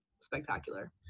spectacular